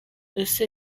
ese